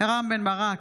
רם בן ברק,